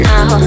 Now